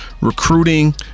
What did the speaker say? recruiting